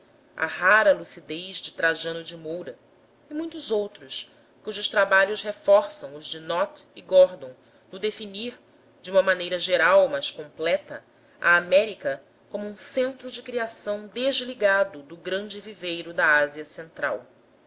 a rara lucidez de trajano de moura e muitos outros cujos trabalhos reforçam os de nott e gliddon no definir de uma maneira geral mas completa a américa como um centro de criação desligado do grande viveiro da ásia central